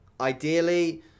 ideally